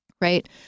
right